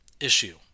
issue